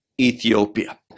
Ethiopia